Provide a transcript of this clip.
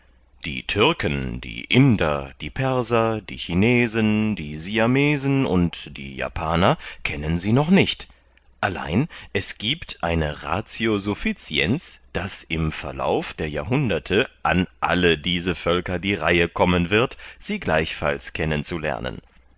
die türken die inder die perser die chinesen die siamesen und die japaner kennen sie noch nicht allein es giebt eine ratio sufficiens daß im verlauf der jahrhunderte an alle diese völker die reihe kommen wird sie gleichfalls